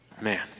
Man